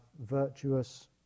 virtuous